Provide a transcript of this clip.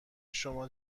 شما